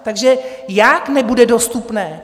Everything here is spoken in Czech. Takže jak, nebude dostupné?